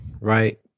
right